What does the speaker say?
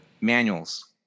manuals